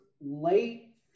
late